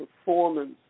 performance